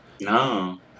No